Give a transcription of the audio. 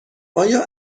آیا